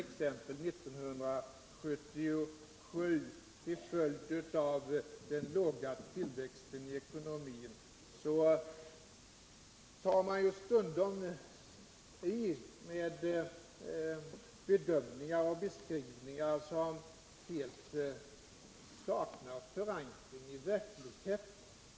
1977 till följd av den låga tillväxten iekonomin, tar man stundom i med bedömningar och beskrivningar som helt saknar förankring i verkligheten.